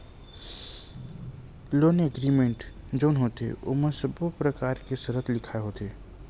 loan agreement जउन होथे ओमा सब्बो परकार के सरत लिखाय होथे